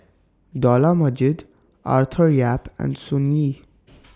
Dollah Majid Arthur Yap and Sun Yee